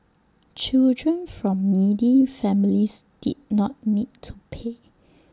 children from needy families did not need to pay